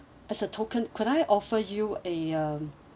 as a token could I offer you a um